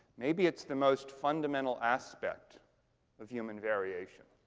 maybe it's the most fundamental aspect of human variation.